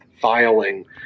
filing